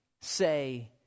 say